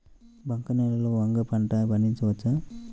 బంక నేలలో వంగ పంట పండించవచ్చా?